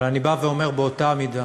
אבל אני אומר: באותה מידה,